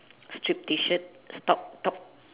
stripe T-shirt top top